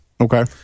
Okay